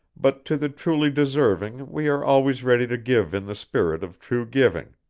but to the truly deserving we are always ready to give in the spirit of true giving.